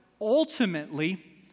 Ultimately